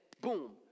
boom